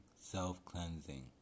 self-cleansing